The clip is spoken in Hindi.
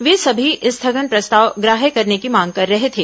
वे सभी स्थगन प्रस्ताव ग्राहृत्य करने की मांग कर रहे थे